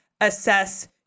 assess